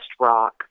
rock